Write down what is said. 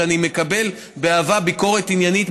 שאני מקבל באהבה ביקורת עניינית.